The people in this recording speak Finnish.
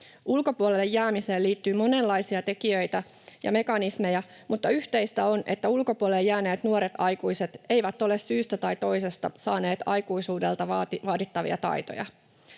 Ulkopuolelle jäämiseen liittyy monenlaisia tekijöitä ja mekanismeja, mutta yhteistä on, että ulkopuolelle jääneet nuoret aikuiset eivät ole syystä tai toisesta saaneet aikuisuudelta vaadittavia taitoja.